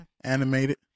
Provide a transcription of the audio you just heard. Animated